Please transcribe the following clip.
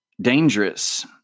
dangerous